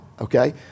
okay